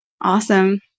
Awesome